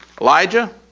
Elijah